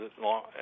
long